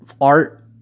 art